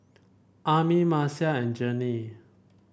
Ami Marcia and Jennie